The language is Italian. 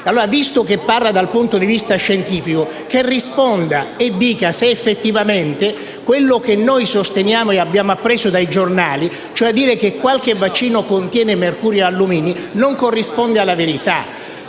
Visto che parla dal punto di vista scientifico, la invito a rispondere e a dire se effettivamente quello che noi sosteniamo e abbiamo appreso dai giornali, cioè che qualche vaccino contiene mercurio e alluminio, non corrisponde alla verità.